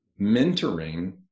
mentoring